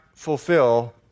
Fulfill